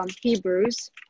Hebrews